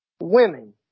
women